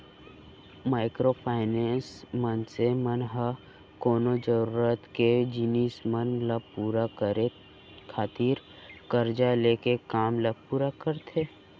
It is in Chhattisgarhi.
माइक्रो फायनेंस, मनसे मन ह कोनो जरुरत के जिनिस मन ल पुरा करे खातिर करजा लेके काम ल पुरा करथे